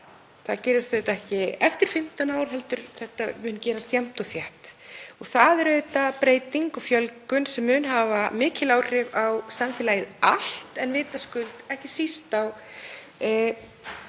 Það gerist auðvitað ekki eftir 15 ár heldur mun þetta gerast jafnt og þétt. Það er auðvitað breyting og fjölgun sem mun hafa mikil áhrif á samfélagið allt en vitaskuld ekki síst á